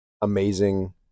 amazing